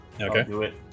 Okay